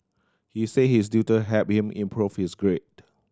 he said his tutor helped him improve his grade